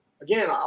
again